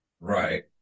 Right